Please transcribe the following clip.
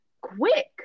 quick